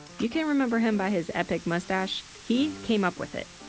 you can remember him by his epic mustache. he came up with it.